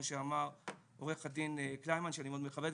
שאמר עורך הדין קליימן שאני מאוד מכבד,